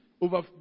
over